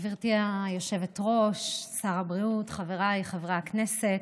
גברתי היושבת-ראש, שר הבריאות, חבריי חברי הכנסת,